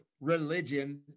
religion